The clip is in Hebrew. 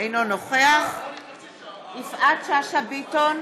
אינו נוכח יפעת שאשא ביטון,